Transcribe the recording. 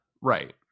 right